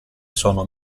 sono